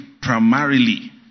primarily